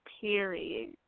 period